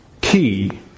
key